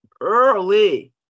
early